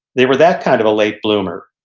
they were that kind of a late bloomer.